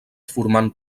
formant